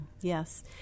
Yes